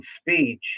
speech